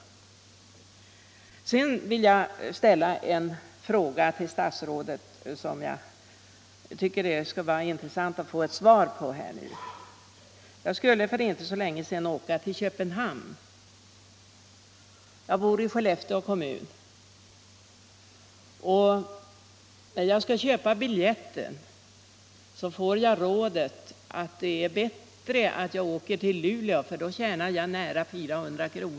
Norrland Sedan vill jag ställa en fråga till statsrådet, som jag tycker det skulle vara intressant att få ett svar på här. Jag skulle för inte länge sedan åka till Köpenhamn. Jag bor i Skellefteå kommun. När jag skulle köpa biljetten fick jag upplysningen att det är bättre att åka till Luleå, för då tjänar jag nära 400 kr..